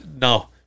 No